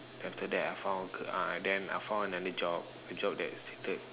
then after that I found ah then I found another job a job that is suited